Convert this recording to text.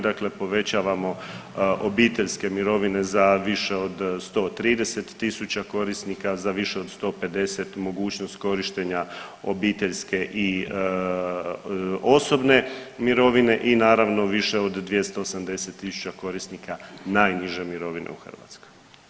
Dakle, povećavamo obiteljske mirovine za više od 130 000 korisnika, za više od 150 mogućnost korištenja obiteljske i osobne mirovine i naravno više od 280 000 korisnika najniže mirovine u Hrvatskoj.